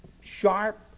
sharp